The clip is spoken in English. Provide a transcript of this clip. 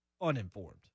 uninformed